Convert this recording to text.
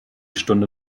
stunde